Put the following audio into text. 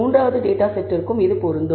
மூன்றாவது டேட்டா செட்ற்கும் இது பொருந்தும்